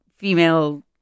female